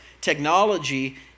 technology